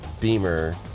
Beamer